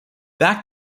back